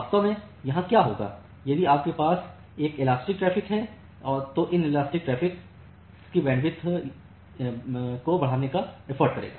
वास्तव में यहां क्या होगा यदि आपके पास एकइलास्टिक ट्रैफ़िक है तोइलास्टिक ट्रैफ़िक इसकी बैंडविड्थ को बढ़ाने का एफर्ट करेगा